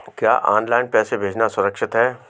क्या ऑनलाइन पैसे भेजना सुरक्षित है?